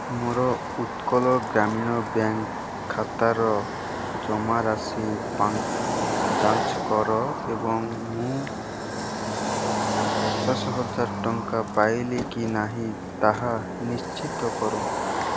ମୋର ଉତ୍କଳ ଗ୍ରାମୀଣ ବ୍ୟାଙ୍କ ଖାତାର ଜମାରାଶି ଯାଞ୍ଚ କର ଏବଂ ମୁଁ ପଚାଶ ହଜାର ଟଙ୍କା ପାଇଲି କି ନାହିଁ ତାହା ନିଶ୍ଚିତ କର